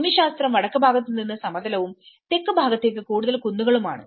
ഭൂമിശാസ്ത്രം വടക്ക് ഭാഗത്ത് നിന്ന് കൂടുതൽ സമതലവും തെക്ക് ഭാഗത്തേക്ക് കൂടുതൽ കുന്നുകളുമാണ്